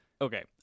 okay